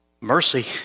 Mercy